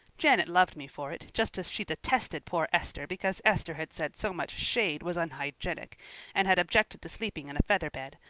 janet loved me for it, just as she detested poor esther because esther had said so much shade was unhygienic and had objected to sleeping on a feather bed.